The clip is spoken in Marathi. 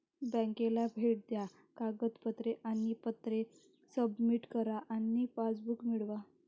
बँकेला भेट द्या कागदपत्रे आणि पत्रे सबमिट करा आणि पासबुक मिळवा